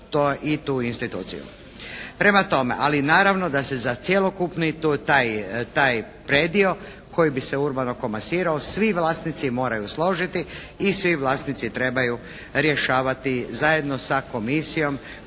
i tu instituciju. Prema tome, ali naravno da se za cjelokupni taj predio koji bi se urbano komasirao svi vlasnici moraju složiti i svi vlasnici trebaju rješavati zajedno sa komisijom